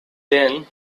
then